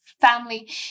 family